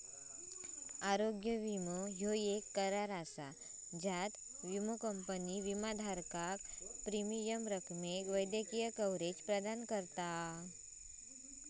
आरोग्य विमो ह्यो येक करार असा ज्यात विमो कंपनी विमाधारकाक प्रीमियम रकमेक वैद्यकीय कव्हरेज प्रदान करता